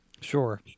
Sure